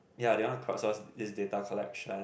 ya they want to crowdsource this data collection